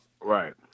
Right